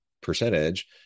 percentage